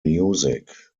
music